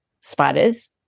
spiders